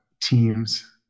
teams